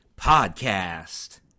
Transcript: Podcast